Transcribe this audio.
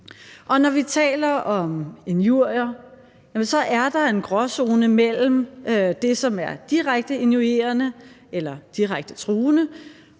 når vi taler om injurier, er der en gråzone mellem det, som er direkte injurierende eller direkte truende,